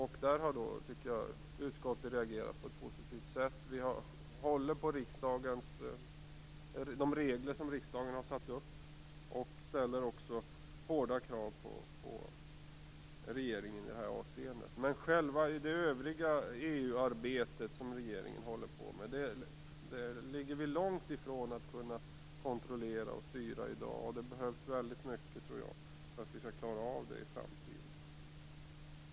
Jag tycker att utskottet har reagerat på ett positivt sätt i fråga om denna anmälan. Utskottet håller på de regler som riksdagen har satt upp och ställer också hårda krav på regeringen i detta avseende. När det gäller övrigt EU-arbete som regeringen håller på med är vi i dag långt ifrån att kunna kontrollera och styra. Jag tror att det behövs väldigt mycket för att vi skall kunna klara av det i framtiden.